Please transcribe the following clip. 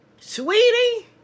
Sweetie